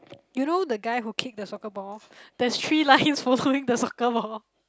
you know the guy who kicked the soccer ball there's three lines following the soccer ball